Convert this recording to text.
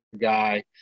guy